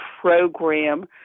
program